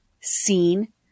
seen